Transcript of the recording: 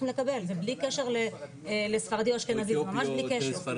לקבל זה בלי קשר לספרדי או אשכנזי זה ממש בלי קשר.